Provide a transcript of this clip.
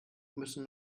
müssen